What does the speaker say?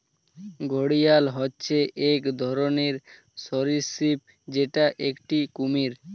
ঘড়িয়াল হচ্ছে এক ধরনের সরীসৃপ যেটা একটি কুমির